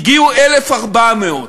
הגיעו 1,400,